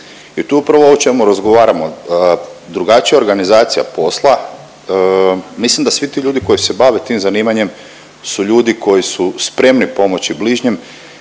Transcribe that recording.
I to je upravo ovo o čemu razgovaramo. Drugačija organizacija posla. Mislim da svi ti ljudi koji se bave tim zanimanjem su ljudi koji su spremni pomoći bližnjem,